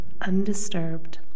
undisturbed